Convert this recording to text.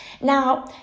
Now